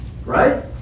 right